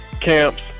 camps